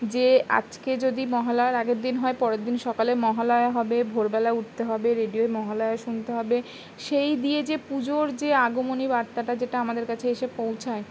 যে আজকে যদি মহালার আগের দিন হয় পরের দিন সকালে মহালয়া হবে ভোরবেলা উঠতে হবে রেডিওতে মহালয়া শুনতে হবে সেই দিয়ে যে পুজোর যে আগমণি বার্তাটা যেটা আমাদের কাছে এসে পৌঁছায়